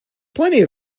plenty